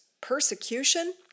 persecution